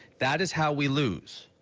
that is how we lose.